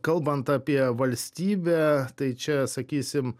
kalbant apie valstybę tai čia sakysim